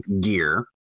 gear